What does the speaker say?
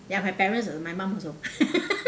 ya my parents al~ my mum also